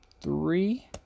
Three